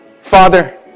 Father